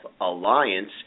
Alliance